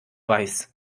weiß